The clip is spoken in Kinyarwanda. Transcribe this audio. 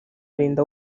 arinda